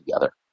together